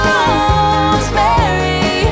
Rosemary